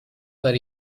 per